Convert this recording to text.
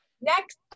next